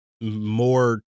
more